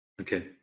Okay